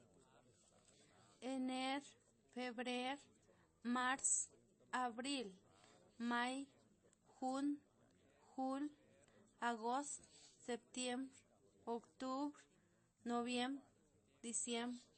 Ener febrer mars abril may jun jul agost septiemr octubr noviem diciem